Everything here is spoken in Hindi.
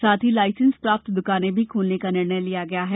साथ ही लाइसेंस प्राप्त दुकानें भी खोलने का निर्णय लिया गया है